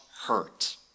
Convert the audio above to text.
hurt